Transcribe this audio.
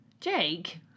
Jake